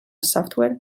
software